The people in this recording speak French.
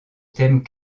thème